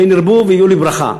כן ירבו ויהיו לברכה,